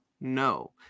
No